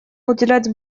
уделять